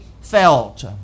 felt